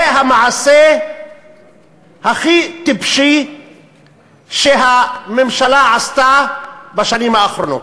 זה המעשה הכי טיפשי שהממשלה עשתה בשנים האחרונות.